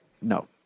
No